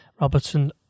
Robertson